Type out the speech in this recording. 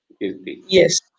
Yes